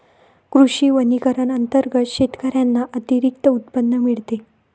कृषी वनीकरण अंतर्गत शेतकऱ्यांना अतिरिक्त उत्पन्न मिळते